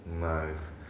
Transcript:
Nice